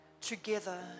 together